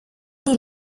die